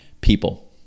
people